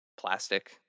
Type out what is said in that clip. plastic